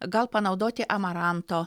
gal panaudoti amaranto